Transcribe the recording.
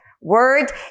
word